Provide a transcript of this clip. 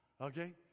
Okay